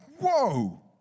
whoa